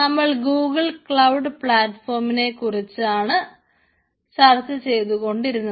നമ്മൾ Google cloud പ്ലാറ്റ്ഫോമിനെക്കുറിച്ചാണ് ചർച്ച ചെയ്തു കൊണ്ടിരുന്നത്